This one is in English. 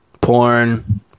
Porn